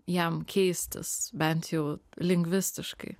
jam keistis bent jau lingvistiškai